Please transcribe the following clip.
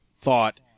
thought